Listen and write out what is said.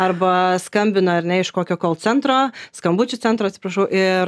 arba skambina ar ne iš kokio centro skambučių centro atsiprašau ir